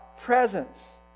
presence